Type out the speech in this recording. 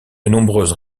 nombreuses